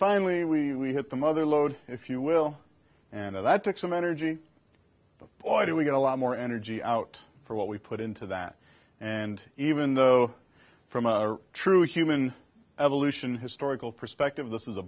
finally we had the mother load if you will and that took some energy but boy do we get a lot more energy out for what we put into that and even though from a true human evolution historical perspective this is a